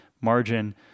margin